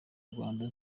rwanda